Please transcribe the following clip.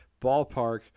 ballpark